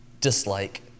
dislike